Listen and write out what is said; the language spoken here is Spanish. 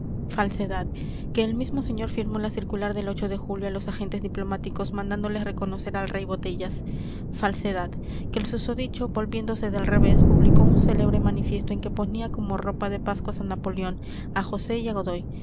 falsedad que el mismo señor firmó la circular del de julio a los agentes diplomáticos mandándoles reconocer al rey botellas falsedad que el susodicho volviéndose del revés publicó un célebre manifiesto en que ponía como ropa de pascuas a napoleón a josé y a godoy